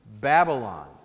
Babylon